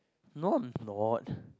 no I'm not